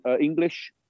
English